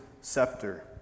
scepter